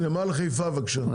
חיפה, בבקשה.